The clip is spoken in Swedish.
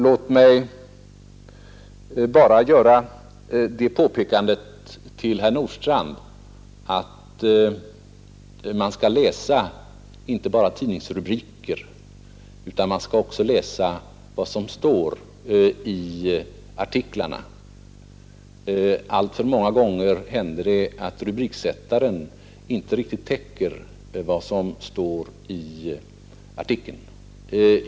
Jag vill bara säga till herr Nordstrandh att man bör läsa inte bara tidningsrubriker utan också vad som står i artiklarna. Alltför ofta händer det att rubriken inte riktigt täcker artikelns innehåll.